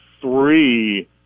three